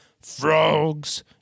frogs